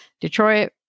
Detroit